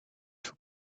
two